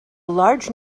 large